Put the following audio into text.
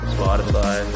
Spotify